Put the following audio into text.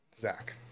Zach